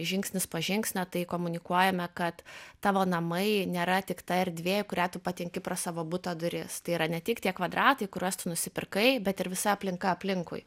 žingsnis po žingsnio tai komunikuojame kad tavo namai nėra tik ta erdvė į kurią tu patenki pro savo buto duris tai yra ne tik tie kvadratai kuriuos tu nusipirkai bet ir visa aplinka aplinkui